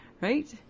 right